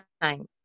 time